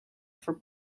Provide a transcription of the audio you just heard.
for